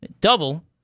double